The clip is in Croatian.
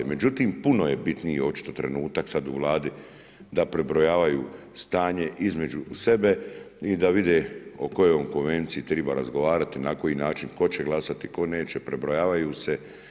Međutim, puno je bitniji očito trenutak sad u Vladi da prebrojavaju stanje između sebe i da vide o kojoj konvenciji triba razgovarati, na koji način tko će glasati, tko neće prebrojavaju se.